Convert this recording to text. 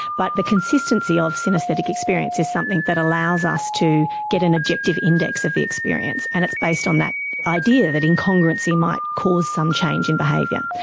but the consistency of synaesthetic experience is something that allows us to get an objective index of the experience. and it's based on that that idea that incongruency might cause some change in behaviour.